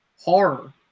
horror